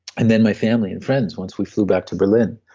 and then my family and friends once we flew back to berlin.